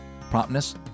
promptness